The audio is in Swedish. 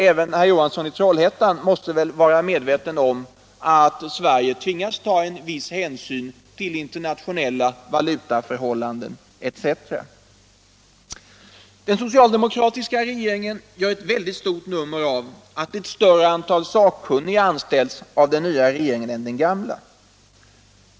Även herr Johansson i Trollhättan måste väl vara medveten om att Sverige tvingas ta viss hänsyn till internationella valutaförhållanden etc. De socialdemokratiska reservanterna gör ett väldigt stort nummer av att ett större antal sakkunniga anställts av den nya regeringen än den gamla anställde.